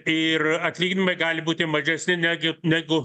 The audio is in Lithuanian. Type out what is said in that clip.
ir atlyginimai gali būti mažesni negi negu